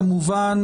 כמובן,